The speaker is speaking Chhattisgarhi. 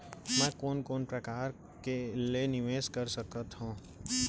मैं कोन कोन प्रकार ले निवेश कर सकत हओं?